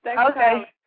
Okay